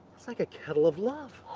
it's like a kettle of love,